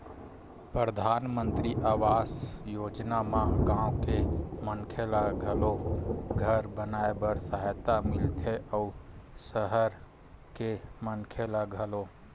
परधानमंतरी आवास योजना म गाँव के मनखे ल घलो घर बनाए बर सहायता मिलथे अउ सहर के मनखे ल घलो